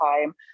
time